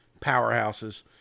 powerhouses